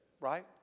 Right